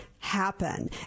Happen